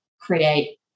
create